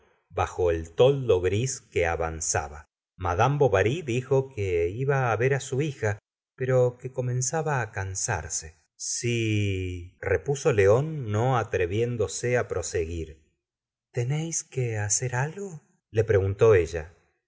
bajo el toldo gris que avanzaba madama bovary dijo que iba ver su hija pero que comenzaba cansarse sí repuso león no atreviéndose proseguir tenéis que hacer algo le preguntó ella